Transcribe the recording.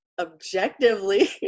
objectively